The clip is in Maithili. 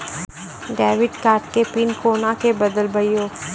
डेबिट कार्ड के पिन कोना के बदलबै यो?